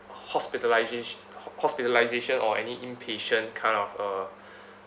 hospitalisa~ hospitalisation or any inpatient kind of a